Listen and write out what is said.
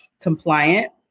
compliant